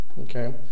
Okay